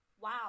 wow